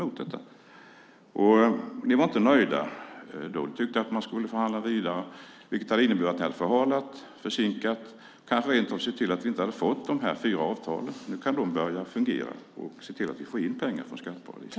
Ni var inte nöjda utan tyckte att man skulle förhandla vidare, vilket hade inneburit att ni hade förhalat, försinkat och kanske rentav sett till att vi inte hade fått de här fyra avtalen. Men nu kan de börja fungera och se till att vi får in pengar från skatteparadis.